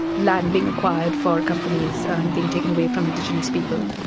land being acquired for companies and being taken away from indigenous people.